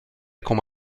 comme